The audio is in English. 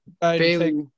Bailey